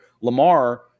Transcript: Lamar